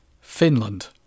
Finland